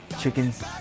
chickens